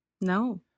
No